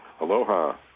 Aloha